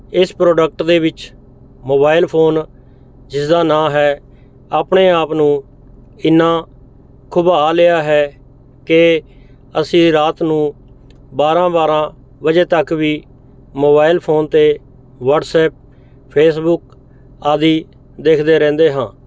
ਇਸ ਪ੍ਰੋਡਕਟ ਦੇ ਵਿੱਚ ਮੋਬਾਇਲ ਫ਼ੋਨ ਜਿਸਦਾ ਨਾਂ ਹੈ ਆਪਣੇ ਆਪ ਨੂੰ ਇੰਨਾ ਖੁਬਾਹ ਲਿਆ ਹੈ ਕਿ ਅਸੀਂ ਰਾਤ ਨੂੰ ਬਾਰਾਂ ਬਾਰਾਂ ਵਜੇ ਤੱਕ ਵੀ ਮੋਬਾਇਲ ਫ਼ੋਨ 'ਤੇ ਵਟਸਐਪ ਫੇਸਬੁੱਕ ਆਦਿ ਦੇਖਦੇ ਰਹਿੰਦੇ ਹਾਂ